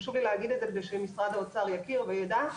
חשוב לי להגיד את זה, כדי שמשרד האוצר יכיר וידע,